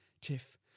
Tiff